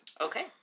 Okay